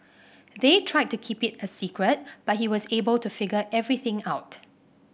they tried to keep it a secret but he was able to figure everything out